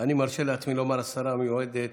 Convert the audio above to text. ואני מרשה לעצמי לומר: השרה המיועדת,